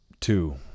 Two